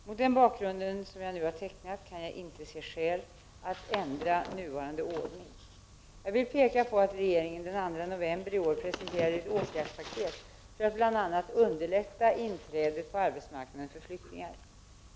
Mot den bakgrund som jag nu har tecknat kan jag inte se skäl att ändra nuvarande ordning. Jag vill peka på att regeringen den 2 november i år presenterade ett åtgärdspaket för att bl.a. underlätta inträdet på arbetsmarknaden för flyktingar.